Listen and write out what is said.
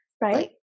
Right